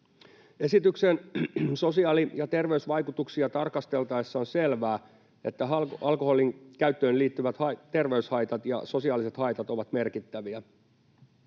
Esityksen sosiaali- ja terveysvaikutuksia tarkasteltaessa on selvää, että alkoholinkäyttöön liittyvät terveyshaitat ja sosiaaliset haitat ovat merkittäviä.